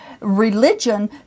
Religion